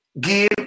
give